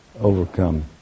overcome